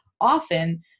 often